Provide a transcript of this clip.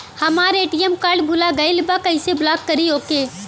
हमार ATM card भूला गईल बा कईसे ब्लॉक करी ओके?